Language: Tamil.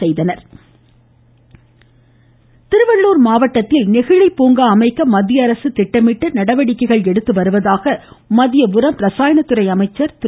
மக்களவை சதானந்தடகவுடா தமிழகம் திருவள்ளுர் மாவட்டத்தில் நெகிழி பூங்கா அமைக்க மத்திய அரசு திட்டமிட்டு நடவடிக்கைகள் எடுத்து வருவதாக மத்திய உரம் ரசாயனத்துறை அமைச்சர் திரு